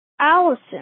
Allison